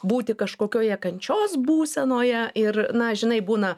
būti kažkokioje kančios būsenoje ir na žinai būna